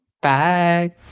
bye